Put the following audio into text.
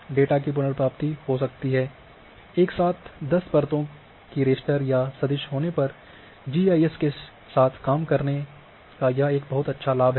data की पुनर्प्राप्ति हो सकती है एक साथ दस परतो की रास्टर या सदिश होने पर जीआईएस के साथ काम करने यह एक बहुत अच्छा लाभ है